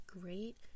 great